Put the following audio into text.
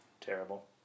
Terrible